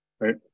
right